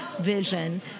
vision